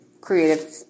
creative